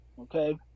okay